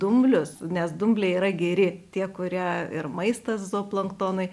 dumblius nes dumbliai yra geri tie kurie ir maistas zooplanktonui